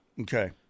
Okay